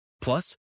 Plus